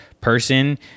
person